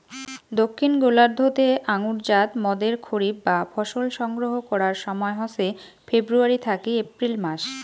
দক্ষিন গোলার্ধ তে আঙুরজাত মদের খরিফ বা ফসল সংগ্রহ করার সময় হসে ফেব্রুয়ারী থাকি এপ্রিল মাস